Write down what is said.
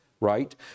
right